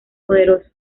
poderoso